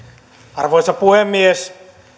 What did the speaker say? arvoisa puhemies